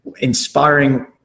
inspiring